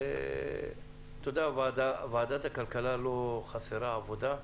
אתה יודע, ועדת הכלכלה לא חסרה עבודה.